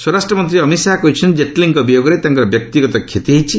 ସ୍ୱରାଷ୍ଟ୍ରମନ୍ତ୍ରୀ ଅମିତ ଶାହା କହିଛନ୍ତି ଜେଟ୍ଲୀଙ୍କ ବିୟୋଗରେ ତାଙ୍କର ବ୍ୟକ୍ତିଗତ କ୍ଷତି ହୋଇଛି